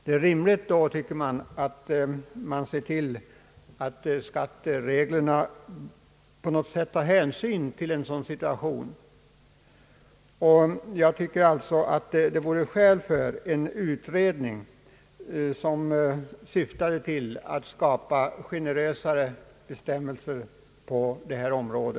Det förefaller då rimligt att se till att skattereglerna på något sätt tar hänsyn till en sådan situation. Jag tycker alltså att det vore skäl för en utredning som syftade till att skapa generösare bestämmelser på detta område.